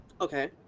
okay